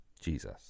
Jesus